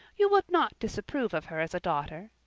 you would not disapprove of her as a daughter.